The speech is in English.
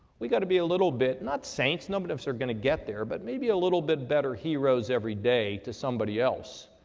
we've got to be a little bit, not saints, none of us are going to get there but maybe a little bit better heroes every day to somebody else.